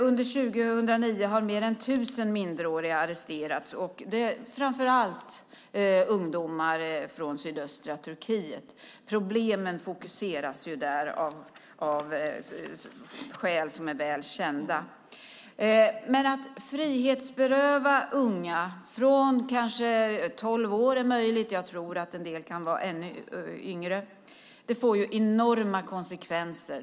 Under 2009 har mer än 1 000 minderåriga arresterats. Det är framför allt ungdomar från sydöstra Turkiet. Problemen fokuseras där av skäl som är väl kända. Att frihetsberöva unga från kanske 12 år är möjligt. Jag tror att en del kan vara ännu yngre. Det får enorma konsekvenser.